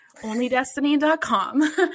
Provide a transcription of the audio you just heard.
OnlyDestiny.com